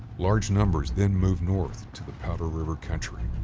large numbers then moved north to the powder river country.